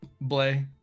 Blay